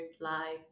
life